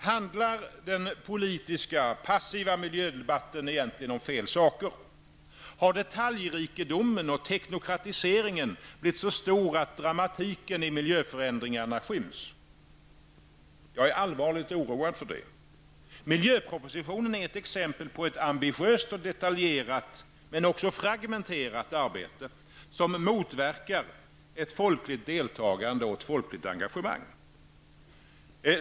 Handlar den politiska, passiva miljödebatten om fel saker? Har detaljrikedomen och teknokratiseringen blivit så stor att dramatiken i miljöförändringarna skyms? Jag är allvarligt oroad för det. Miljöpropositionen är ett exempel på ett ambitiöst detaljerat -- men även fragmenterat -- arbete som motverkar ett folkligt deltagande och engagemang.